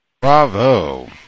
Bravo